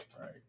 Right